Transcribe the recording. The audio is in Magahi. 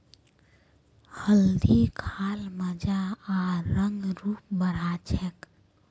हल्दी खा ल मजा आर रंग रूप बढ़ा छेक